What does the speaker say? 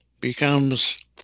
becomes